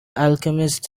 alchemist